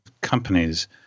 companies